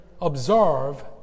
observe